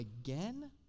again